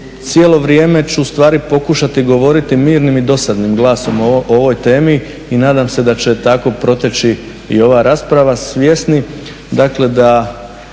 cijelo vrijeme ću ustvari pokušati govoriti mirnim i dosadnim glasom o ovoj temi i nadam se da će tako proteći i ova rasprava. Svjesni smo dakle da